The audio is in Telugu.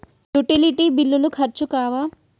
యుటిలిటీ బిల్లులు ఖర్చు కావా?